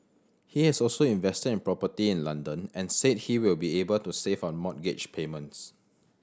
he has also invested in property in London and said he will be able to save on mortgage payments